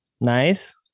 Nice